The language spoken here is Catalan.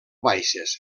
baixes